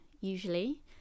usually